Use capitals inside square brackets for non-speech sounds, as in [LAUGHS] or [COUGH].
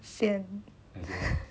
sian [LAUGHS]